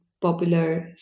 popular